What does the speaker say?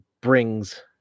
Brings